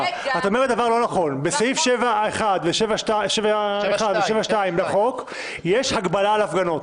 בסעיף 7(1) ו-7(2) לחוק יש הגבלה על הפגנות.